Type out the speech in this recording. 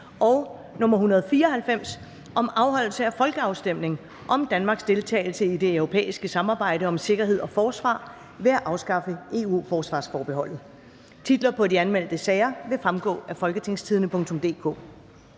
til lov om afholdelse af folkeafstemning om forslag til lov om Danmarks deltagelse i det europæiske samarbejde om sikkerhed og forsvar ved at afskaffe EU-forsvarsforbeholdet). Titler på de anmeldte sager vil fremgå af www.folketingstidende.dk